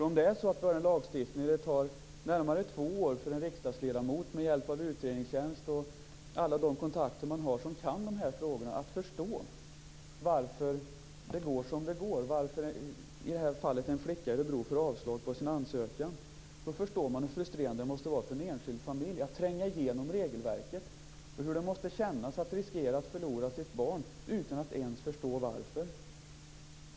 Om vi har en lagstiftning som innebär att det tar närmare två år för en riksdagsledamot att med hjälp av utredningstjänst och alla de kontakter man har som kan de här frågorna förstå varför det går som det går, varför i det här fallet en flicka i Örebro får avslag på sin ansökan, begriper man hur frustrerande det måste vara för en enskild familj att tränga igenom regelverket och hur det måste kännas att riskera att förlora sitt barn utan att ens förstå varför.